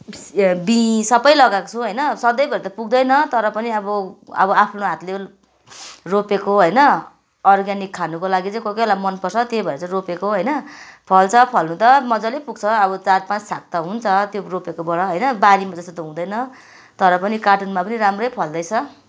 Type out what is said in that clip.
बिस ए बिइँ सबै लगाएको छु होइन सधैँभरि त पुग्दैन तर पनि अब अब आफ्नो हातले रोपेको होइन अर्ग्यानिक खानुको लागि चाहिँ कोही कोही बेला मनपर्छ त्यही भएर चाहिँ रोपेको होइन फल्छ फल्नु त मजाले पुग्छ अब चार पाँच छाक त हुन्छ त्यो रोपेकोबाट होइन बारीमा जस्तो त हुँदैन तर पनि कार्टुनमा पनि राम्रै फल्दैछ